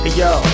yo